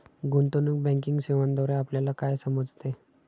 गुंतवणूक बँकिंग सेवांद्वारे आपल्याला काय समजते?